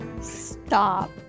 stop